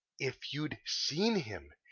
if you'd seen him,